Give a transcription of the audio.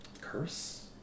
curse